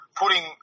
putting